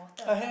I have